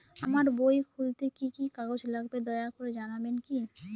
আমার বই খুলতে কি কি কাগজ লাগবে দয়া করে জানাবেন কি?